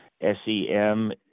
S-E-M